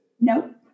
No